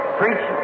preach